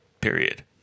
period